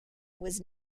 was